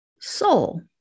soul